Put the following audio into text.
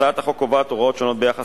הצעת החוק קובעת הוראות שונות ביחס